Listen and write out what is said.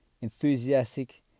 enthusiastic